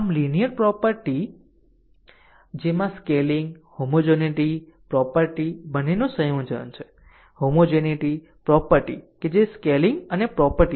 આમ linear property જેમાં scaling homogeneity property બંનેનું સંયોજન છે હોમોજેનીટી પ્રોપર્ટી કે જે સ્કેલિંગ અને પ્રોપર્ટી છે